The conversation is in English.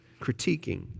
critiquing